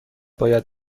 باید